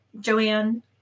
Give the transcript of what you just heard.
Joanne